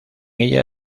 ella